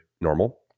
normal